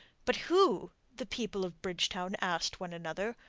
but who, the people of bridgetown asked one another,